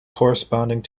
corresponding